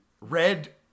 red